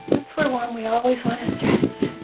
once we're warm, we always want to stretch!